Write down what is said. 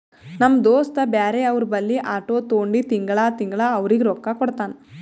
ನಮ್ ದೋಸ್ತ ಬ್ಯಾರೆ ಅವ್ರ ಬಲ್ಲಿ ಆಟೋ ತೊಂಡಿ ತಿಂಗಳಾ ತಿಂಗಳಾ ಅವ್ರಿಗ್ ರೊಕ್ಕಾ ಕೊಡ್ತಾನ್